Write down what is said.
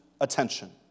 attention